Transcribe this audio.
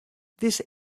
this